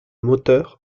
moteur